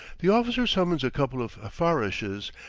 the officer summons a couple of farrashes,